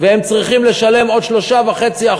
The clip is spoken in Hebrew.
והם צריכים לשלם עוד 3.5%,